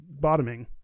bottoming